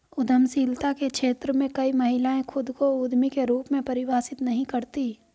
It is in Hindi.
उद्यमशीलता के क्षेत्र में कई महिलाएं खुद को उद्यमी के रूप में परिभाषित नहीं करती